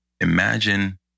Imagine